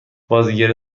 بازیگر